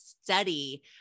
study